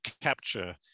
capture